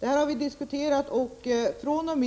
Det här har vi diskuterat, och fr.o.m.